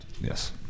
yes